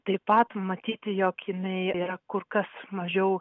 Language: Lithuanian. taip pat matyti jog jinai yra kur kas mažiau